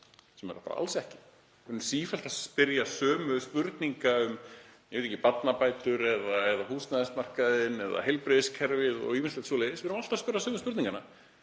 en er það bara alls ekki. Við erum sífellt að spyrja sömu spurninga um barnabætur eða húsnæðismarkaðinn eða heilbrigðiskerfið og ýmislegt svoleiðis. Við erum alltaf að spyrja sömu spurninganna